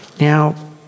Now